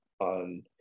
on